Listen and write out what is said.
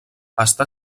està